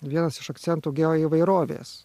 vienas iš akcentų geoįvairovės